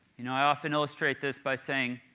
you know, i often illustrate this by saying,